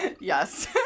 Yes